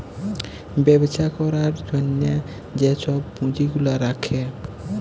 ব্যবছা ক্যরার জ্যনহে যে ছব পুঁজি গুলা রাখে